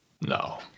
No